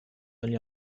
only